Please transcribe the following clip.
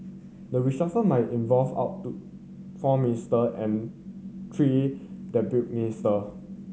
the reshuffle might involve out to four minister and three deputy minister